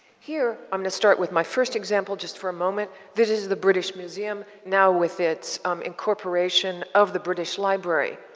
here i'm going to start with my first example just for a moment this is the british museum now with its incorporation of the british library.